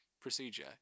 procedure